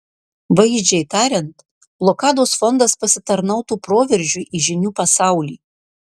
vaizdžiai tariant blokados fondas pasitarnautų proveržiui į žinių pasaulį